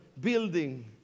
building